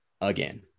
again